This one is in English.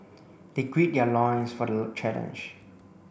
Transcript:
they grid their loins for the challenge